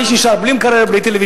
האיש נשאר בלי מקרר,